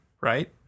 right